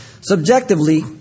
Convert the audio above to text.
Subjectively